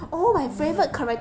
your favourite character